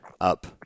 up